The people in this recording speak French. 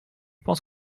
pense